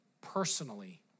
personally